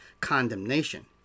condemnation